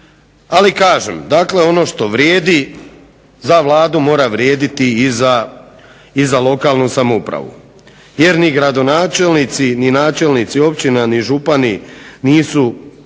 Ali kažem, dakle ono što vrijedi za Vladu mora vrijediti i za lokalnu samoupravu. Jer ni gradonačelnici, ni načelnici općina, ni župani nisu